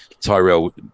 Tyrell